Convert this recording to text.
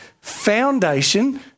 foundation